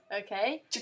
Okay